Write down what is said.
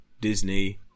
Disney